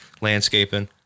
landscaping